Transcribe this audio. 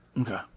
Okay